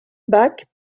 bac